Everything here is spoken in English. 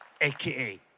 AKA